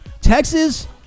Texas